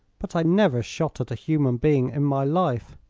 but i never shot at a human being in my life.